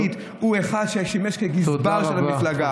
בשדרות המועצה הדתית הוא אחד ששימש כגזבר של המפלגה?